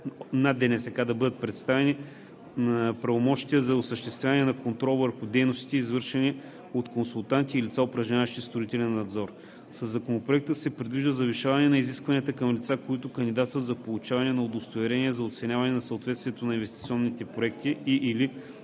на ДНСК да бъдат предоставени правомощия за осъществяване на контрол върху дейностите, извършвани от консултанти и лица, упражняващи строителен надзор. Със Законопроекта се предвижда завишаване на изискванията към лицата, които кандидатстват за получаване на удостоверение за оценяване на съответствието на инвестиционните проекти и/или